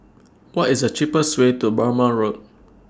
What IS The cheapest Way to Burmah Road